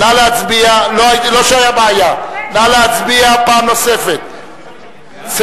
נא להצביע פעם נוספת, כי היתה הצבעה שלא ברורה לי.